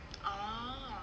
oh